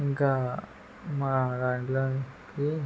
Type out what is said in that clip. ఇంకా మా దాంట్లో కి